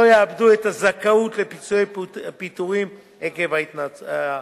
לא יאבדו את הזכאות לפיצויי פיטורים עקב ההתנדבות.